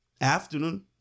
afternoon